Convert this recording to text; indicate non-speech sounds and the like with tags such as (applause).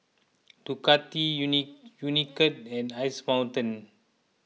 Ducati (unintelligible) Unicurd and Ice Mountain